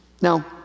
Now